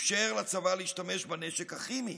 אפשר לצבא להשתמש בנשק הכימי